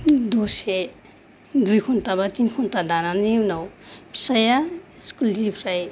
दसे दुइ घन्टाबा थिन घन्टा दानायनि उनाव फिसाया स्कुल निफ्राय